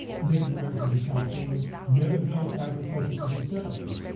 native americans in california never developed agriculture for themselves,